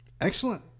Excellent